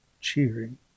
cheering